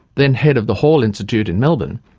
then head of the hall institute in melbourne,